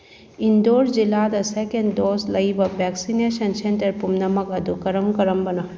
ꯏꯟꯗꯣꯔ ꯖꯤꯂꯥꯗ ꯁꯦꯀꯦꯟ ꯗꯣꯁ ꯂꯩꯕ ꯚꯦꯛꯁꯤꯟꯅꯦꯁꯟ ꯁꯦꯟꯇꯔ ꯄꯨꯝꯅꯃꯛ ꯑꯗꯨ ꯀꯔꯝ ꯀꯔꯝꯕꯅꯣ